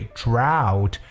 drought